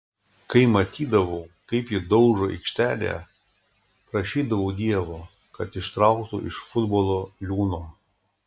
kai matydavau kaip jį daužo aikštėje prašydavau dievo kad ištrauktų iš futbolo liūno